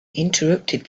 interrupted